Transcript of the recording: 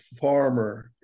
farmer